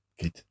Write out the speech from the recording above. good